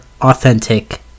authentic